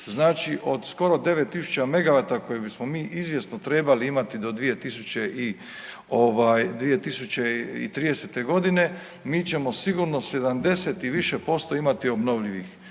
Znači od skoro 9000 megavata koje bismo mi izvjesno trebali imati do 2030. godine mi ćemo sigurno 70 i više posto imati obnovljivih,